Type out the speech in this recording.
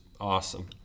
awesome